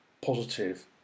positive